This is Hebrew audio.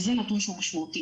זה נתון שהוא משמעותי.